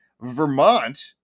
Vermont